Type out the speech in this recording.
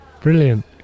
brilliant